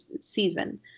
season